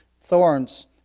thorns